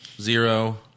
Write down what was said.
Zero